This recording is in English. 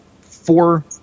four